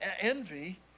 envy